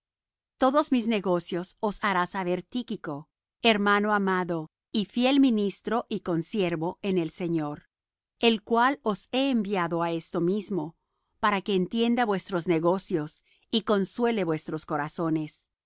todos mis negocios os hará saber tichco hermano amado y fiel ministro y consiervo en el señor el cual os he enviado á esto mismo para que entienda vuestros negocios y consuele vuestros corazones